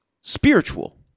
spiritual